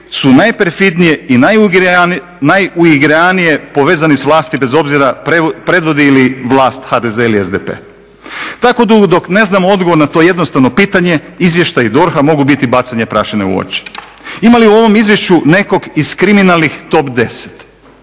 su najperfidnije i najuigranije povezani sa vlasti bez obzira predvodi li vlast HDZ ili SDP. Tako dugo dok ne znamo odgovor na to jednostavno pitanje izvještaji DORH-a mogu biti bacanje prašine u oči. Ima li u ovom izvješću nekog iz kriminalnih top 10?